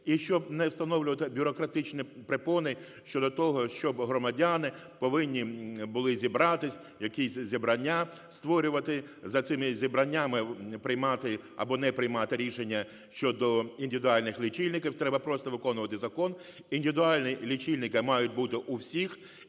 і щоб не встановлювати бюрократичні перепони щодо того, щоб громадяни повинні були зібратись, якісь зібрання створювати, за цими зібраннями приймати або не приймати рішення щодо індивідуальних лічильників, треба просто виконувати закон. Індивідуальні лічильники мають бути у всіх,